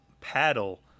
paddle